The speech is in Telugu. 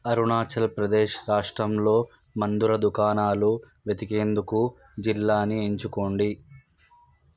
అరుణాచల్ ప్రదేశ్ రాష్ట్రంలో మందుల దుకాణాలు వెతికేందుకు జిల్లాని ఎంచుకోండి